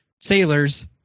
sailors